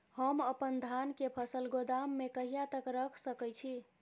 हम अपन धान के फसल गोदाम में कहिया तक रख सकैय छी?